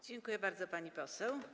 Dziękuję bardzo, pani poseł.